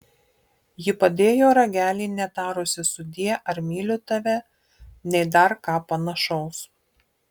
ji padėjo ragelį netarusi sudie ar myliu tave nei dar ką panašaus